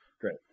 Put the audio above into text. Great